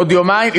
עוד יומיים?